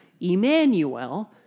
Emmanuel